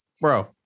Bro